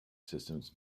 systems